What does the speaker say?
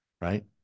right